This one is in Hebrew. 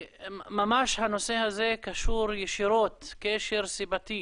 ממש הנושא הזה קשור ישירות, קשר סיבתי